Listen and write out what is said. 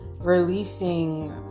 releasing